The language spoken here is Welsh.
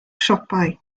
siopau